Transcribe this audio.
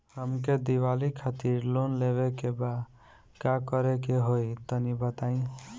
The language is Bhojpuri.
हमके दीवाली खातिर लोन लेवे के बा का करे के होई तनि बताई?